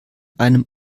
einem